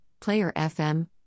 PlayerFM